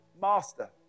master